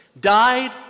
died